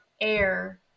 Air